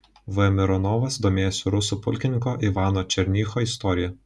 v mironovas domėjosi rusų pulkininko ivano černycho istorija